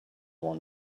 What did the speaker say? one